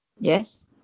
Yes